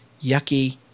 yucky